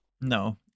No